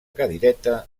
cadireta